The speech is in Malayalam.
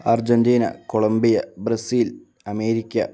Argentina Colombia Brazil America Germany